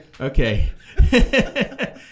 okay